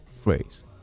phrase